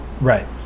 right